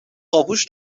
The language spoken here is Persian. پاپوش